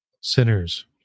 Sinners